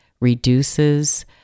reduces